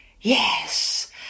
Yes